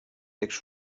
text